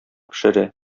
пешерә